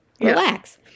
relax